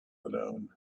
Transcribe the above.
alone